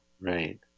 Right